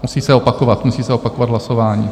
Musí se opakovat, musí se opakovat hlasování.